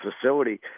facility